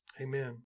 Amen